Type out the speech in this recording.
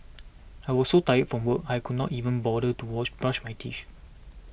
I was so tired from work I could not even bother to wash brush my teeth